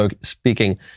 speaking